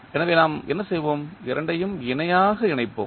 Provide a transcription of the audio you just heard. எனவே நாம் என்ன செய்வோம் இரண்டையும் இணையாக இணைப்போம்